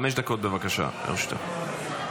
בבקשה, חמש דקות לרשותך.